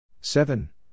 Seven